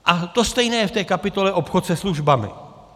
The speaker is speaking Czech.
A to stejné v té kapitole obchod se službami.